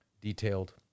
detailed